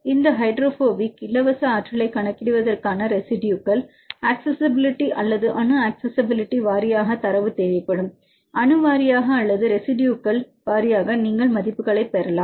இந்த ஹைட்ரோபோபிக் இலவச ஆற்றலைக் கணக்கிடுவதற்கான ரெசிடுயுகள் அக்சஸிஸிபிலிட்டி அல்லது அணு அக்சஸிஸிபிலிட்டி வாரியாக தரவு தேவைப்படும் அணு வாரியாக அல்லது ரெசிடுயுகள் வாரியாக நீங்கள் மதிப்புகளை பெறலாம்